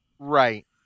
Right